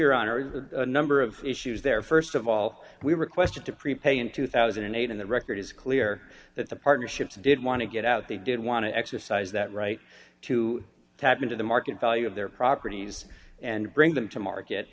is a number of issues there st of all we requested to prepay in two thousand and eight in the record is clear that the partnerships did want to get out they did want to exercise that right to tap into the market value of their properties and bring them to market